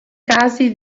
casi